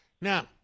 Now